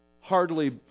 hardly